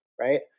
right